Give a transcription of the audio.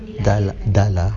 dah lah dah lah